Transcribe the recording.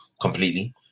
completely